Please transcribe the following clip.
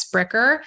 Bricker